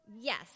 Yes